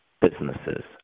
businesses